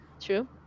True